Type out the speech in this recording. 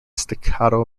staccato